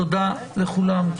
תודה לכולם,